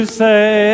say